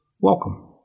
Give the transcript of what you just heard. Welcome